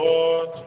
Lord